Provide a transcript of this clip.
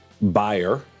buyer